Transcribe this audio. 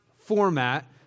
format